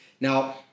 Now